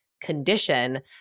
condition